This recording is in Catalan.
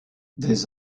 des